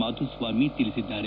ಮಾಧುಸ್ವಾಮಿ ತಿಳಿಸಿದ್ದಾರೆ